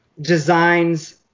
designs